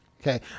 Okay